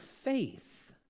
faith